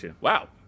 Wow